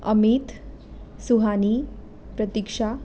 Amit Suhani Pratiksha